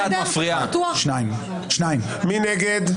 מי נגד?